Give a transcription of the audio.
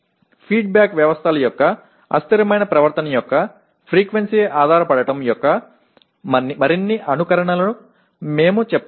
feed back వ్యవస్థల యొక్క అస్థిరమైన ప్రవర్తన యొక్క ఫ్రీక్వెన్సీ ఆధారపడటం యొక్క మరిన్ని అనుకరణలను మేము చెప్పాము